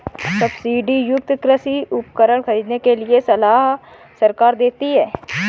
subsidy युक्त कृषि उपकरण खरीदने के लिए सलाह सरकार देती है